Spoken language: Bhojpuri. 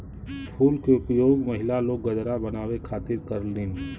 फूल के उपयोग महिला लोग गजरा बनावे खातिर करलीन